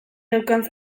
neukan